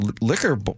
liquor